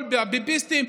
כל הביביסטים,